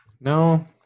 No